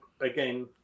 again